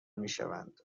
میشوند